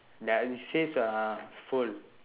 like it saves uh fuel